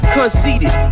Conceited